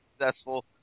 successful